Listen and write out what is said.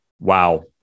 Wow